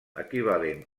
equivalent